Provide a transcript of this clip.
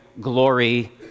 glory